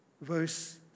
Verse